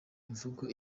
imvugo